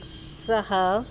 सः